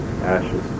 ashes